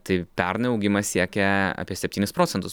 tai pernai augimas siekė apie septynis procentus